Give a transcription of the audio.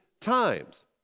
times